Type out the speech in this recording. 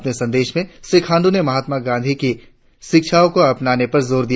अपने संदेश में श्री खांडू ने महात्मा गांधी की शिक्षाओं को अपनाने पर जोर दिया